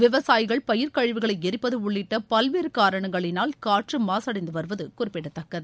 விவசாயிகள் பயிர் கழிவுகளை எரிப்பது உள்ளிட்ட பல்வேறு காரணிங்களால் காற்று மாசடைந்து வருவது குறிப்பிடத்தக்கது